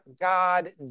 God